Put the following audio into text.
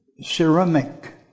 ceramic